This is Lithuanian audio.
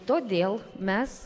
todėl mes